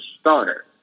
starter